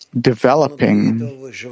developing